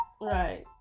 right